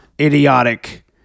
idiotic